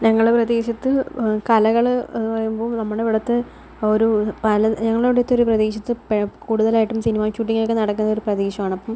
ഞങ്ങളുടെ പ്രദേശത്ത് കലകളെന്ന് പറയുമ്പോൾ നമ്മുടെ ഇവിടുത്തെ ഒരു പല ഞങ്ങളുടെയിവിടുത്തെ ഒരു പ്രദേശത്ത് കൂടുതലായിട്ടും സിനിമ ഷൂട്ടിങൊക്കെ നടക്കുന്ന പ്രദേശമാണ് അപ്പോൾ